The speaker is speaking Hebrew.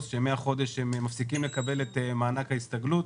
שמהחודש הם מפסיקים לקבל את מענק ההסתגלות.